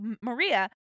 Maria